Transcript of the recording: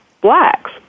blacks